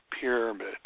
pyramid